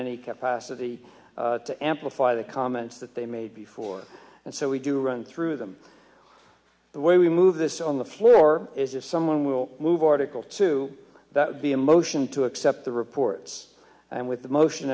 any capacity to amplify the comments that they made before and so we do run through them the way we move this on the floor is that someone will move article two that would be a motion to accept the reports and with the motion